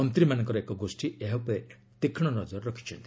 ମନ୍ତ୍ରୀମାନଙ୍କର ଏକ ଗୋଷ୍ଠୀ ଏହା ଉପରେ ତୀକ୍ଷ୍ମ ନଜର ରଖିଛନ୍ତି